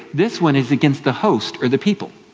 this one is against the host, or the people,